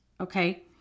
Okay